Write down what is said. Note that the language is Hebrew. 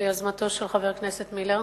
ביוזמתו של חבר הכנסת מילר,